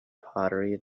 pottery